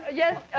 ah yes,